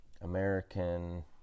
American